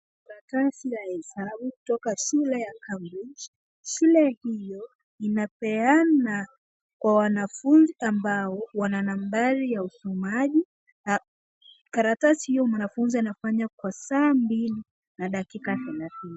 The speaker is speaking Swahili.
Karatasi ya hesabu kutoka shule ya Cambridge. Shule hio inapeana kwa wanafunzi ambao wana nambari ya usomaji. Karatasi hiyo mwanafunzi anafanya kwa saa mbili na dakika thelathini.